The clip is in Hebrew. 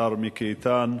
השר מיקי איתן,